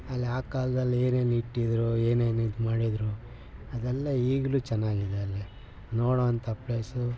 ಅಲ್ಲಿ ಆ ಕಾಲದಲ್ಲಿ ಏನೇನಿಟ್ಟಿದ್ರು ಏನೇನು ಇದ್ಮಾಡಿದ್ರು ಅದೆಲ್ಲ ಈಗಲೂ ಚೆನ್ನಾಗಿದೆ ಅಲ್ಲಿ ನೋಡುವಂಥ ಪ್ಲೇಸು